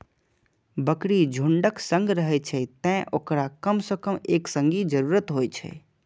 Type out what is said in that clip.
बकरी झुंडक संग रहै छै, तें ओकरा कम सं कम एक संगी के जरूरत होइ छै